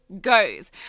goes